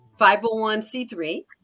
501C3